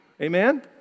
Amen